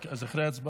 אוקיי, אחרי ההצבעה,